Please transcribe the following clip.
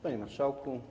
Panie Marszałku!